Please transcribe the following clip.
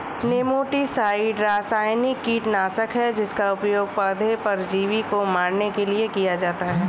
nematicide रासायनिक कीटनाशक है जिसका उपयोग पौधे परजीवी को मारने के लिए किया जाता है